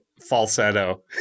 falsetto